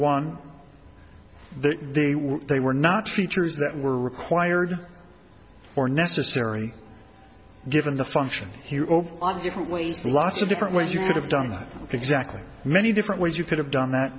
were they were not features that were required or necessary given the function here over i'm different ways lots of different ways you could have done that exactly many different ways you could have done that